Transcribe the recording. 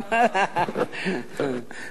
כבוד בשבילי.